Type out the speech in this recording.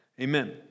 Amen